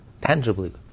tangibly